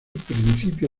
principio